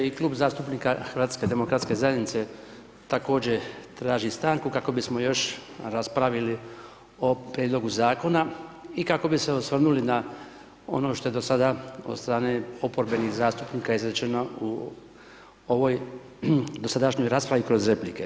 I klub zastupnika HDZ-a također traži stanku kako bismo još raspravili o prijedlogu Zakona i kako bi se osvrnuli na ono što je dosada od strane oporbenih zastupnika izrečeno u ovoj dosadašnjoj raspravi kroz replike.